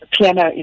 piano